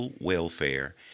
Welfare